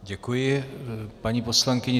Děkuji paní poslankyni.